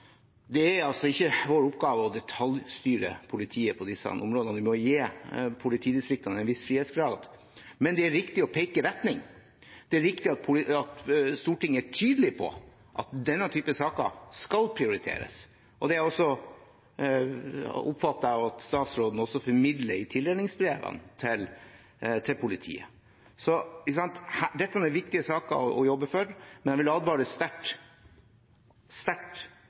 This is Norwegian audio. Det er ikke vår oppgave å detaljstyre politiet på disse områdene. Vi må gi politidistriktene en viss frihetsgrad, men det er viktig å peke ut retning. Det er viktig at Stortinget er tydelig på at denne type saker skal prioriteres. Det oppfatter jeg også at statsråden formidler i tildelingsbrevene til politiet. Dette er viktige saker å jobbe for, men jeg vil advare sterkt